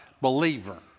believer